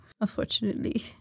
Unfortunately